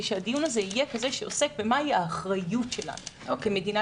שהדיון הזה יהיה כזה שעוסק במה היא האחריות שלנו כמדינה